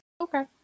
Okay